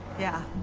yeah.